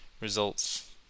results